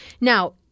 Now –